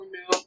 no